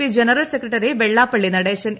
P general secretary Vellappally Natesan